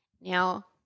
Now